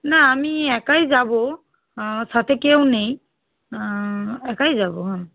না আমি একাই যাব সাথে কেউ নেই একাই যাব হুম